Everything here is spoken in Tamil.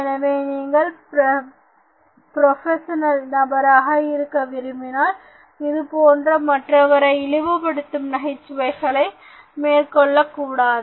எனவே நீங்கள் ப்ரொபஷனல் நபராக இருக்க விரும்பினால் இதுபோன்ற மற்றவரை இழிவுபடுத்தும் நகைச்சுவைகளை மேற்கொள்ளக்கூடாது